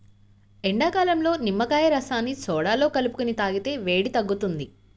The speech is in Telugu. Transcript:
ఎండాకాలంలో నిమ్మకాయ రసాన్ని సోడాలో కలుపుకొని తాగితే వేడి తగ్గుతుంది